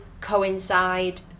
coincide